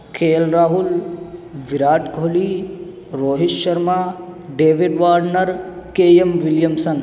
کے L Rahul Virat Kohli Rohit Sharma David Warner Kane Williamson